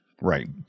Right